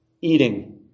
eating